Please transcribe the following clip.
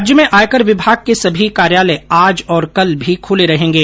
राज्य में आयकर विभाग के सभी कार्यालय आज और कल भी खुले रहेंगे